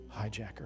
hijacker